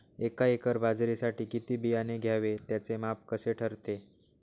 एका एकर बाजरीसाठी किती बियाणे घ्यावे? त्याचे माप कसे ठरते?